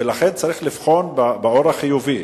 ולכן צריך לבחון באור חיובי,